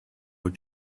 were